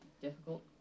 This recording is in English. difficult